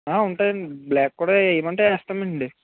ఆ ఉంటాయండి బ్లాక్ కూడ ఏమంటే ఏస్తామండి